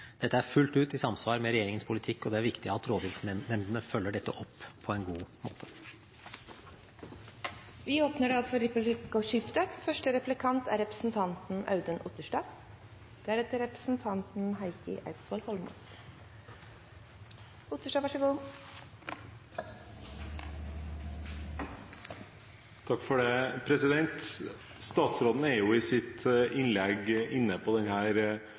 Dette er fullt ut i samsvar med regjeringens politikk, og det er viktig at rovviltnemndene følger dette opp på en god måte. Det blir replikkordskifte. Statsråden er i sitt innlegg inne på denne omtalte forsøksordningen, og da blir mitt spørsmål til statsråden: Hvilke virkemidler ser han for seg som mest aktuelle i